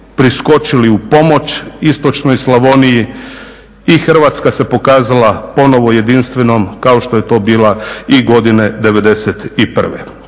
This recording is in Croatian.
priskočili u pomoć istočnoj Slavoniji. I Hrvatska se pokazala ponovno jedinstvenom kao što je to bila i godine '91.